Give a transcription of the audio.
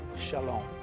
Shalom